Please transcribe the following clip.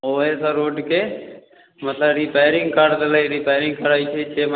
ओहिसब रूटके मतलब रिपेयरिङ्ग करि देले रिपेयरिङ्ग करै छै से